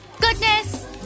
goodness